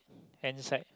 hand side